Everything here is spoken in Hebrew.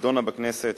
נדונה בכנסת